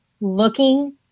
looking